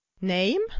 Name